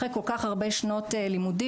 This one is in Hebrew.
אחרי כל כך הרבה שנות לימודים,